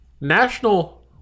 National